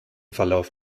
verlauf